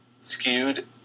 skewed